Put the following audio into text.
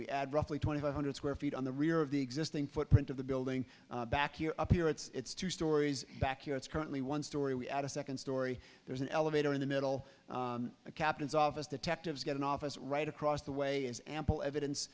we add roughly twenty five hundred square feet on the rear of the existing footprint of the building back you up here it's two stories back here it's currently one story we add a second story there's an elevator in the middle captain's office detectives get an office right across the way is ample evidence